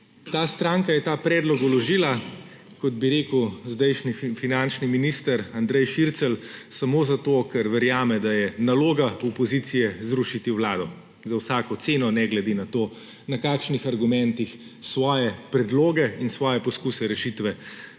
Ta stranka je ta predlog vložila, kot bi rekel zdajšnji finančni minister Andrej Šircelj samo zato, ker verjame, da je naloga opozicije zrušiti vlado; za vsako ceno, ne glede na to, na kakšnih argumentih svoje predloge in svoje poskuse rešitve